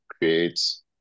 creates